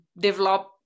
develop